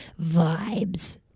Vibes